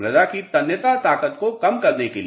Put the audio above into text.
मृदा की तन्यता ताकत को कम करने के लिए